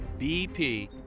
BP